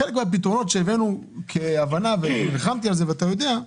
חלק מהפתרונות שהבאנו, ונלחמתי על זה, ואתה יודע,